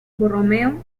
borromeo